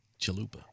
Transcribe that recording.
Chalupa